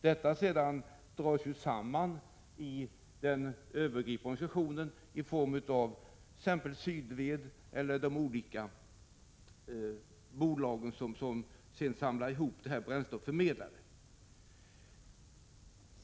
Produktionen dras sedan samman i den övergripande organisationen, t.ex. av Sydved eller de olika bolag som samlar ihop detta bränsle och förmedlar det.